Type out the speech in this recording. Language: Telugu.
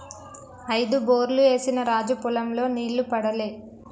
ఐదు బోర్లు ఏసిన రాజు పొలం లో నీళ్లు పడలే